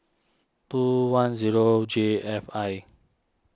two one zero J F I